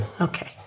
Okay